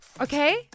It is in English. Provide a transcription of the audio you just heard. okay